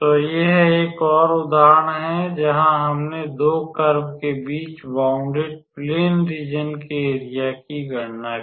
तो यह एक और उदाहरण है जहां हमने 2 कर्व के बीच बौंडेड प्लैन रीज़न के एरिया की गणना की